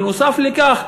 בנוסף לכך,